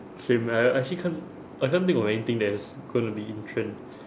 same I I actually can't I can't think of anything that is going to be in trend